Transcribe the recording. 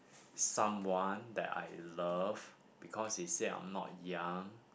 someone that I love because he said I'm not young